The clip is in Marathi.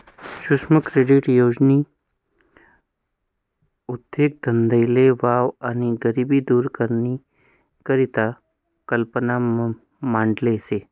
सुक्ष्म क्रेडीट योजननी उद्देगधंदाले वाव आणि गरिबी दूर करानी करता कल्पना मांडेल शे